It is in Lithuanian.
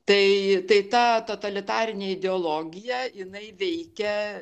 tai tai ta totalitarinė ideologija jinai veikia